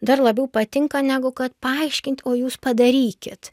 dar labiau patinka negu kad paaiškint o jūs padarykit